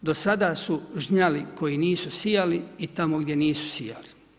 Zato do sada su žnjeli koji nisu sijali i tamo gdje nisu sijali.